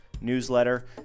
newsletter